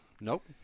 Nope